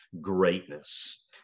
greatness